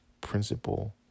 principle